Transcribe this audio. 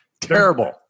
terrible